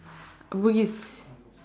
bugis